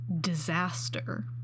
disaster